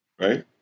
right